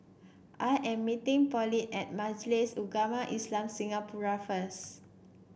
I am meeting Pauline at Majlis Ugama Islam Singapura first